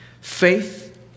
Faith